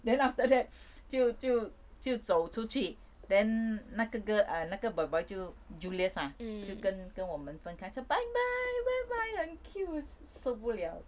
then after that 就就就走出去 then 那个 girl a~ 那个 boy boy 就 julius ah 就跟跟我们分开 s~ bye bye bye 很 cute 受不了